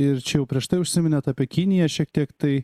ir čia jau prieš tai užsiminėt apie kiniją šiek tiek tai